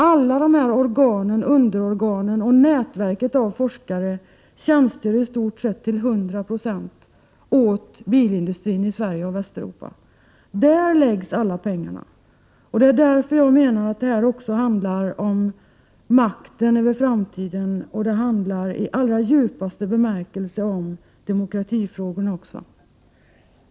Alla dessa underorgan och nätverket av forskare tjänstgör i stort sett till 100 96 åt bilindustrin i Sverige och Västeuropa. Där läggs alla pengar. Det är därför jag anser att det här också handlar om makten över framtiden och i allra djupaste bemärkelse också om demokratifrågorna.